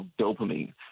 dopamine